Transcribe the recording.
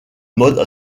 mode